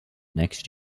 next